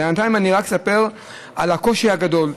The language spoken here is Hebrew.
בינתיים אני רק אספר על הקושי הגדול,